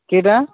କିଟା